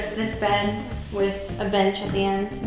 this bed with a bench at the end.